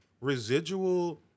residual